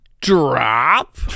drop